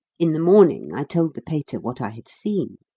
in the morning i told the pater what i had seen.